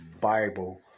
Bible